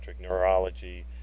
neurology